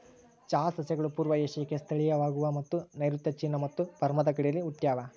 ಚಹಾ ಸಸ್ಯಗಳು ಪೂರ್ವ ಏಷ್ಯಾಕ್ಕೆ ಸ್ಥಳೀಯವಾಗವ ಮತ್ತು ನೈಋತ್ಯ ಚೀನಾ ಮತ್ತು ಬರ್ಮಾದ ಗಡಿಯಲ್ಲಿ ಹುಟ್ಟ್ಯಾವ